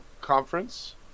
Conference